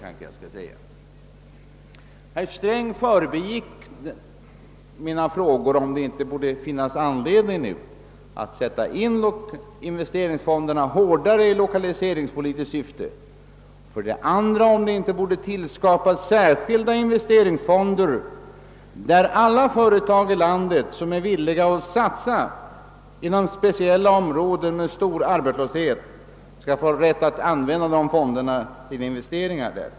Herr Sträng förbigick mina frågor om det inte nu borde finnas anledning att hårdare utnyttja investeringsfonderna i lokaliseringspolitiskt syfte och vidare om det inte borde tillskapas särskilda investeringsfonder, vilka alla företag i landet som är villiga att satsa på speciella områden med stor arbetslöshet skulle få rätt att använda.